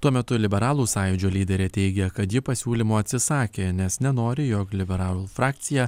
tuo metu liberalų sąjūdžio lyderė teigia kad ji pasiūlymo atsisakė nes nenori jog liberalų frakcija